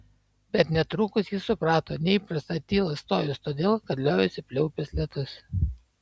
bet netrukus ji suprato neįprastą tylą stojus todėl kad liovėsi pliaupęs lietus